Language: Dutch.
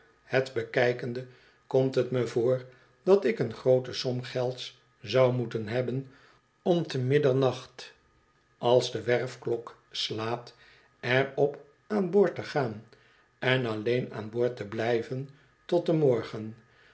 het bekijkende komt het me voor dat ik een groote som gelds zou moeten hebben om te middernacht als de werfklok slaat er op aan boord te gaan en alleen aan boord te blijven tot den morgen